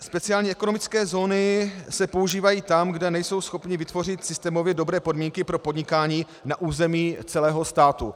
Speciálně ekonomické zóny se používají tam, kde nejsou schopni vytvořit systémově dobré podmínky pro podnikání na území celého státu.